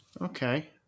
Okay